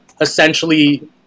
essentially